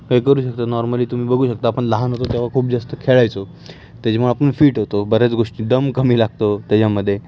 काही करू शकता नॉर्मली तुम्ही बघू शकता आपण लहान होतो तेव्हा खूप जास्त खेळायचो त्याच्यामुळे आपण फिट होतो बऱ्याच गोष्टी दम कमी लागतो त्याच्यामध्ये